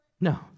No